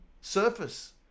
surface